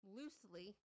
loosely